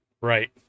Right